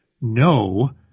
no